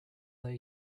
their